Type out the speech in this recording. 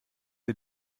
sie